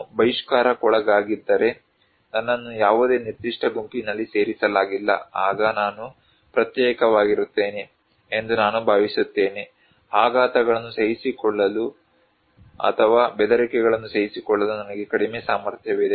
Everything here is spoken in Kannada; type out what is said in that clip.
ನಾನು ಬಹಿಷ್ಕಾರಕ್ಕೊಳಗಾಗಿದ್ದರೆ ನನ್ನನ್ನು ಯಾವುದೇ ನಿರ್ದಿಷ್ಟ ಗುಂಪಿನಲ್ಲಿ ಸೇರಿಸಲಾಗಿಲ್ಲ ಆಗ ನಾನು ಪ್ರತ್ಯೇಕವಾಗಿರುತ್ತೇನೆ ಎಂದು ನಾನು ಭಾವಿಸುತ್ತೇನೆ ಆಘಾತಗಳನ್ನು ಸಹಿಸಿಕೊಳ್ಳಲು ಅಥವಾ ಬೆದರಿಕೆಯನ್ನು ಸಹಿಸಿಕೊಳ್ಳಲು ನನಗೆ ಕಡಿಮೆ ಸಾಮರ್ಥ್ಯವಿದೆ